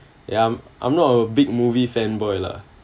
ya I'm not a big movie fan boy lah